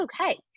okay